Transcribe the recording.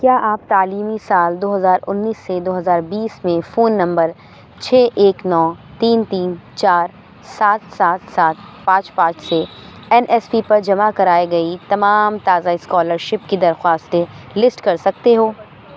کیا آپ تعلیمی سال دو ہزار انیس سے دو ہزار بیس میں فون نمبر چھ ایک نو تین تین چار سات سات سات پانچ پانچ سے این ایس پی پر جمع کرائی گئی تمام تازہ اسکالرشپ کی درخواستیں لسٹ کر سکتے ہو